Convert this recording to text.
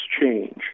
change